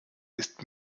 ist